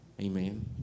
Amen